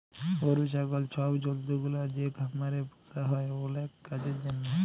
গরু, ছাগল ছব জল্তুগুলা যে খামারে পুসা হ্যয় অলেক কাজের জ্যনহে